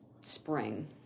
spring